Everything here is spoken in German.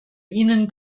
ihnen